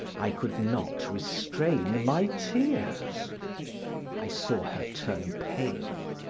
i could not restrain my tears i saw her turn pale.